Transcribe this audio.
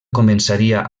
començaria